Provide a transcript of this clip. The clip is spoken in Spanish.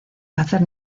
hacer